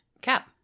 Cap